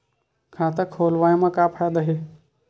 खाता खोलवाए मा का फायदा हे